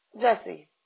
Jesse